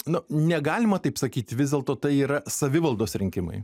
nu negalima taip sakyti vis dėlto tai yra savivaldos rinkimai